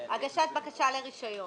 הגשת בקשה לרישיון?